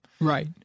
Right